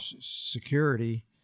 security